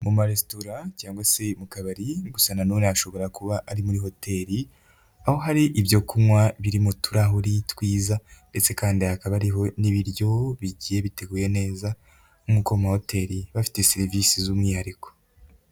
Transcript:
Mu maresitora cyangwa se mu kabari gusa na none ashobora kuba ari muri hoteri, aho hari ibyo kunywa biri mu turahuri twiza ndetse kandi hakaba hariho n'ibiryo bigiye biteguye neza, nk'uko mu mahoteri bafite serivisi z'umwihariko.